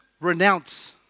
renounce